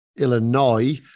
Illinois